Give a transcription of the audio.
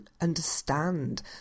understand